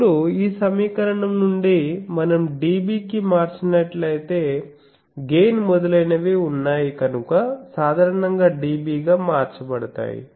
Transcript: ఇప్పుడు ఈ సమీకరణం ను మనం dB కి మార్చినట్లయితే గెయిన్ మొదలైనవి ఉన్నాయి కనుక సాధారణంగా dB గా మార్చబడతాయి